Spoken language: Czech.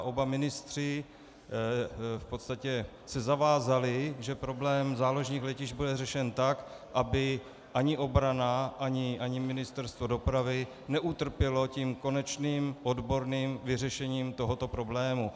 Oba ministři se v podstatě zavázali, že problém záložních letišť bude řešen tak, aby ani obrana, ani Ministerstvo dopravy neutrpěly konečným odborným vyřešením tohoto problému.